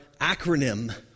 acronym